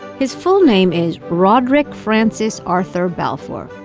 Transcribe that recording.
his full name is roderick francis arthur balfour,